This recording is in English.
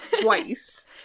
twice